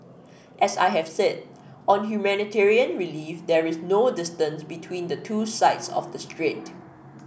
as I have said on humanitarian relief there is no distance between the two sides of the strait